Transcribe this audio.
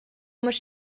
much